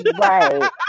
Right